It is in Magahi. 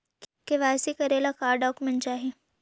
के.वाई.सी करे ला का का डॉक्यूमेंट चाही?